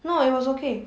no it was okay